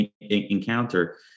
encounter